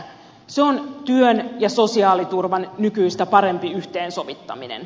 se on työn ja sosiaaliturvan nykyistä parempi yhteensovittaminen